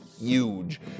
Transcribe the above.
huge